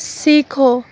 سیکھو